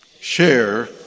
share